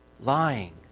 Lying